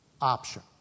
option